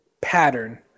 pattern